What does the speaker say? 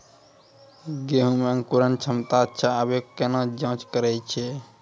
गेहूँ मे अंकुरन क्षमता अच्छा आबे केना जाँच करैय छै?